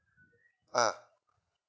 ah